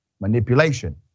manipulation